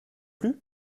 plus